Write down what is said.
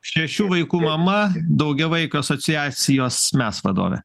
šešių vaikų mama daugiavaikių asociacijos mes vadovė